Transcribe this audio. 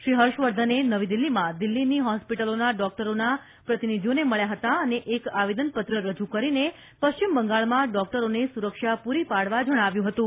શ્રી હર્ષવર્ધનને નવી દિલ્હીમાં દિલ્હીની હોસ્પિટલોના ડોક્ટરોના પ્રતિનિધીઓ મળ્યા હતા અને એક આવેદનપત્ર રજુ કરીને પશ્ચિમ બંગાળમાં ડોકટરોને સુરક્ષા પૂરી પાડવા જણાવ્યું હતું